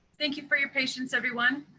thank you for your patience, everyone.